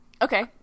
Okay